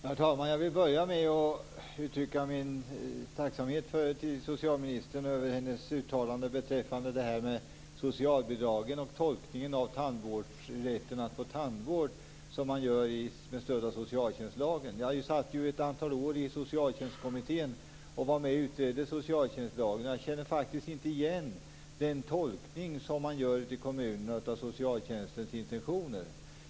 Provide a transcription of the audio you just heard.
Herr talman! Jag vill börja med att uttrycka min tacksamhet till socialministern för hennes uttalande beträffande det här med socialbidragen och den tolkning av rätten att få tandvård som man gör med stöd av socialtjänstlagen. Jag satt ju ett antal år i Socialtjänstkommittén och var med och utredde socialtjänstlagen. Jag känner faktiskt inte igen den tolkning av socialtjänstens intentioner som man gör ute i kommunerna.